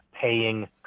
paying